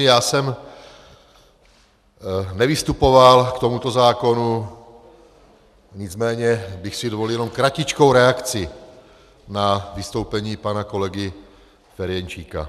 Já jsem nevystupoval k tomuto zákonu, nicméně bych si dovolil jenom kratičkou reakci na vystoupení pana kolegy Ferjenčíka.